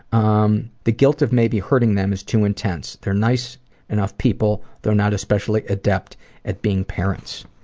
um, the guilt of maybe hurting them is too intense. they're nice enough people, though not especially adept at being parents.